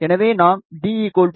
எனவே நாம் d 0